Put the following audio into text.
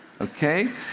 okay